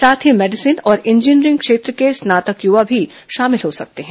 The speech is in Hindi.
साथ ही मेडिसिन और इंजीनियरिंग क्षेत्र के स्नातक युवा भी शामिल हो सकेंगे